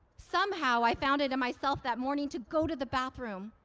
somehow, i found it in myself that morning to go to the bathroom,